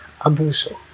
abuso